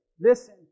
Listen